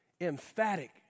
emphatic